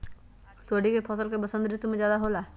तोरी के फसल का बसंत ऋतु में ज्यादा होला?